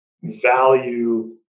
value